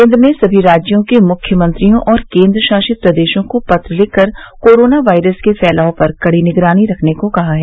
केन्द्र ने सभी राज्यों के मुख्यमंत्रियों और केन्द्रशासित प्रदेशों को पत्र लिखकर कोरोना वायरस के फैलाव पर कड़ी निगरानी रखने को कहा है